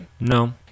No